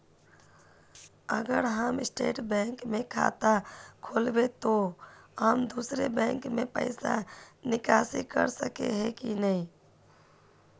अगर हम state bank में खाता खोलबे तो हम दोसर बैंक से पैसा निकासी कर सके ही की नहीं?